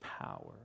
power